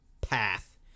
path